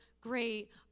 great